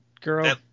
girl